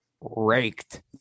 raked